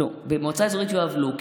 במועצה אזורית יואב לא,